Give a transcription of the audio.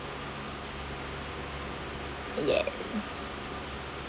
yeah